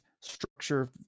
structure